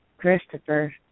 Christopher